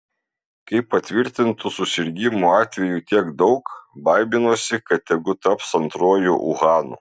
kai patvirtintų susirgimų atvejų tiek daug baiminuosi kad tegu taps antruoju uhanu